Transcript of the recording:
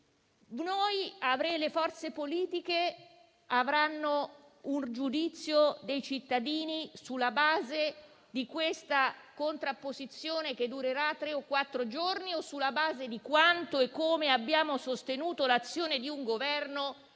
2023, le forze politiche riceveranno un giudizio dai cittadini sulla base di questa contrapposizione, che durerà tre o quattro giorni, o di quanto e come abbiamo sostenuto l'azione di un Governo che